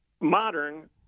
Modern